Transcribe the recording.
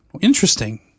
Interesting